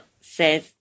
says